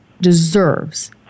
deserves